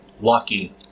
Lucky